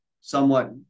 somewhat